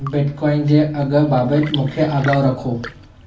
bitcoin जे अघु बाबति मूंखे आगाहु रखो